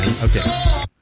Okay